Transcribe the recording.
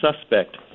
suspect